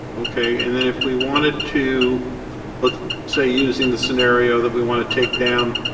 okay, and then if we wanted to let's say using the scenario that we want to take down